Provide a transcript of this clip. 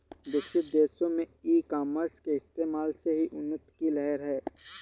विकसित देशों में ई कॉमर्स के इस्तेमाल से ही उन्नति की लहर है